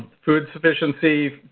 food sufficiency,